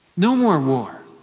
no more war.